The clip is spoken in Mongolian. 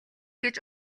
гэж